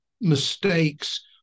mistakes